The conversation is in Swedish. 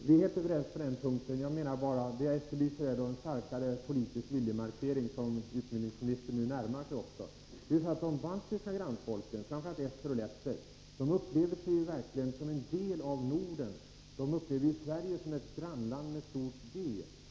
Herr talman! Vi är helt överens på den punkten. Vad jag efterlyser är en starkare politisk viljemarkering, som skolministern nu också närmar sig. De baltiska grannfolken, framför allt ester och letter, uppfattar sig verkligen som en del av Norden, och de upplever Sverige som ett Grannland med stort G.